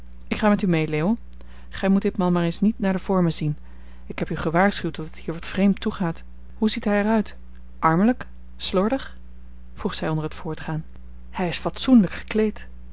ik ga met u mee leo gij moet ditmaal maar eens niet naar de vormen zien ik heb u gewaarschuwd dat het hier wat vreemd toegaat hoe ziet hij er uit armelijk slordig vroeg zij onder t voortgaan hij is fatsoenlijk gekleed